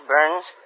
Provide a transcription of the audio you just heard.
Burns